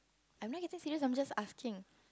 I'm not getting serious I'm just asking